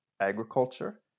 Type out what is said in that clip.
agriculture